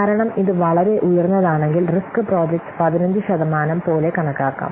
കാരണം ഇത് വളരെ ഉയർന്നതാണെങ്കിൽ റിസ്ക് പ്രോജക്റ്റ് 15 ശതമാനം പോലെ കണക്കാക്കാം